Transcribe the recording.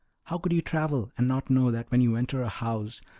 how could you travel and not know that when you enter a house,